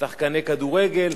שחקני כדורגל,